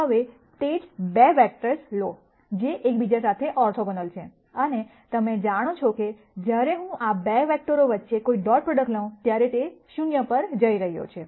હવે તે જ 2 વેક્ટર્સ લો જે એકબીજા સાથે ઓર્થોગોનલ છે અને તમે જાણો છો કે જ્યારે હું આ 2 વેક્ટરો વચ્ચે કોઈ ડોટ પ્રોડક્ટ લઉ ત્યારે તે 0 પર જઇ રહ્યો છે